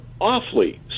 awfully